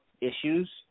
issues –